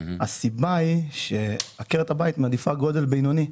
הסיבה היא שעקרת הבית מעדיפה גודל בינוני.